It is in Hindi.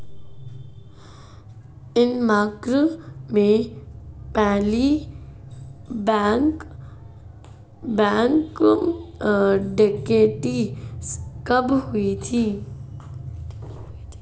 डेनमार्क में पहली बैंक डकैती कब हुई थी?